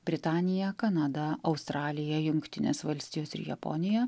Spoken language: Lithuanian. britanija kanada australija jungtinės valstijos ir japonija